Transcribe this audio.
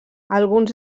alguns